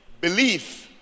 Belief